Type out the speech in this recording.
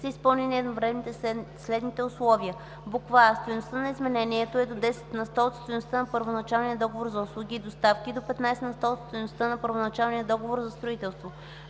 са изпълнени едновременно следните условия: а) стойността на изменението е до 10 на сто от стойността на първоначалния договор за услуги и доставки и до 15 на сто от стойността на първоначалния договор за строителство;